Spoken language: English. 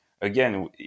again